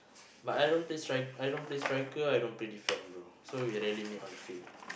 but I don't play strike I don't play striker I don't play defend bro so we on the field